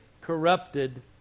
corrupted